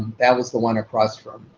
that was the one across from